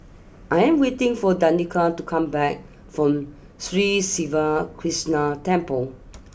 I am waiting for Danika to come back from Sri Siva Krishna Temple